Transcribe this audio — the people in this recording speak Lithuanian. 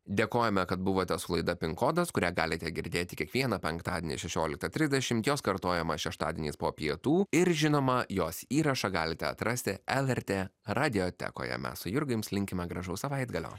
dėkojame kad buvote su laida pin kodas kurią galite girdėti kiekvieną penktadienį šešioliktą trisdešimt jos kartojimą šeštadieniais po pietų ir žinoma jos įrašą galite atrasti lrt radiotekoje mes su jurga jums linkime gražaus savaitgalio